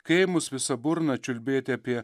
kai ųmus visa burna čiulbėti apie